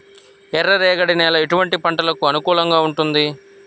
ఎర్ర రేగడి నేల ఎటువంటి పంటలకు అనుకూలంగా ఉంటుంది?